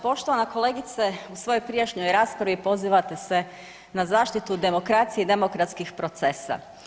Poštovana kolegice, u svojoj prijašnjoj raspravi pozivate se na zaštitu demokracije i demokratskih procesa.